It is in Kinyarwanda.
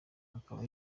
akaba